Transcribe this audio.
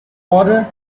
order